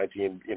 2019